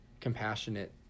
compassionate